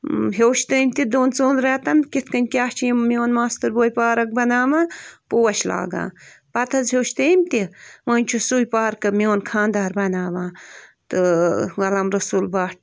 ہیوٚچھ تٔمۍ تہِ دۅن ژۅن رٮ۪تن کِتھٕ کٔنۍ کیٛاہ چھِ یِم میٛون ماستُر بوے پارٕک بناوان پوش لاگان پتہٕ حظ ہیوٚچھ تٔمۍ تہِ وۅنۍ چھُ سُے پارکہٕ میٛون خانٛدار بناوان تہٕ غلام رسول بٹ